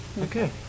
Okay